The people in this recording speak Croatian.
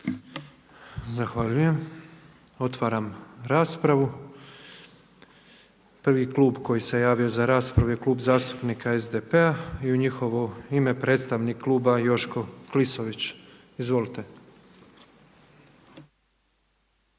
Zahvaljujem. Otvaram raspravu. Prvi klub koji se javio za raspravu je Klub zastupnika SDP-a i u njihovo ime predstavnik kluba Joško Klisović. Izvolite.